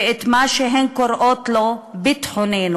ואת מה שהן קוראות לו "ביטחוננו",